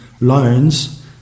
loans